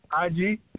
IG